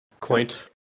Quaint